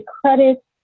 credit